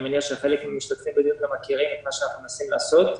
אני מניח שחלק מן המשתתפים יודעים ומכירים את מה שאנחנו מנסים לעשות.